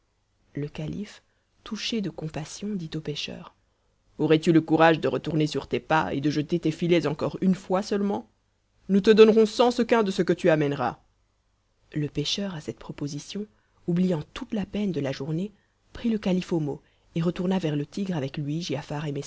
le calife touché de compassion dit au pêcheur aurais-tu le courage de retourner sur tes pas et de jeter tes filets encore une fois seulement nous te donnerons cent sequins de ce que tu amèneras le pêcheur à cette proposition oubliant toute la peine de la journée prit le calife au mot et retourna vers le tigre avec lui